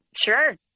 Sure